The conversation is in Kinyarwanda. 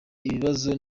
ibibazo